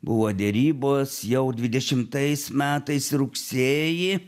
buvo derybos jau dvidešimtais metais rugsėjį